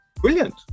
brilliant